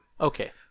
Okay